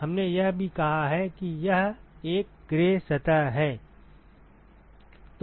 हमने यह भी कहा कि यह एक ग्रे सतह है